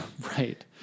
Right